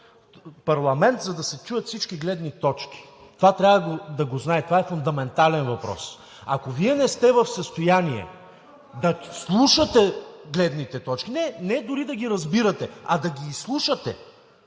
парламент, за да се чуят всички гледни точки – това трябва да се знае, това е фундаментален въпрос. Ако Вие не сте в състояние да слушате гледните точки (реплика) – не дори да ги разбирате, а да ги изслушате,